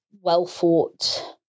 well-thought